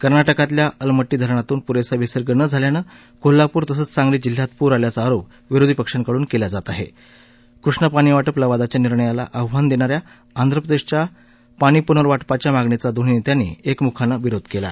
कर्नाटकातल्या अलमाटी धरणातून पुरस्ती विसर्ग न झाल्यानं कोल्हापूर तसंच सांगली जिल्ह्यात पूर आल्याचा आरोप विरोधी पक्षांकडून केला जात आह कृष्णा पाणी वाटप लवादाच्या निर्णयाला आव्हान दणाऱ्या आंध्रप्रदर्शक्या पाणी पुनर्वाटपाच्या मागणीचा दोन्ही नस्यिांनी एकमुखानं विरोध कला